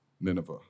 Nineveh